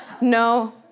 No